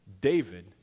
David